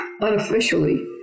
unofficially